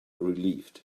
relieved